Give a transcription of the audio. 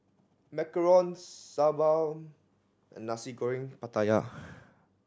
macarons sambal and Nasi Goreng Pattaya